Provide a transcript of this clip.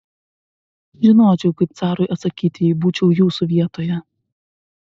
žinočiau kaip carui atsakyti jei būčiau jūsų vietoje